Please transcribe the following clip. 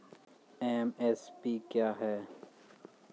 MSP क्या है?